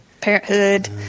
Parenthood